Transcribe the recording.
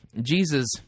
Jesus